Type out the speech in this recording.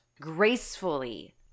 Gracefully